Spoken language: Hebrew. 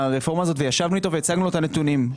ישבנו איתו והצגנו לו את הנתונים,